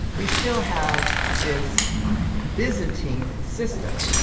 we still have this byzantine system